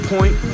Point